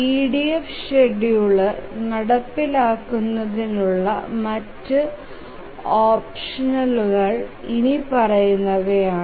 EDF scheduler നടപ്പിലാക്കുന്നതിനുള്ള മറ്റ് ഓപ്ഷനുകൾ ഇനിപ്പറയുന്നവയാണ്